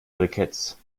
briketts